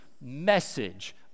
message